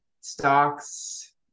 stocks